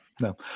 No